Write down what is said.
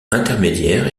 intermédiaire